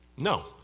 No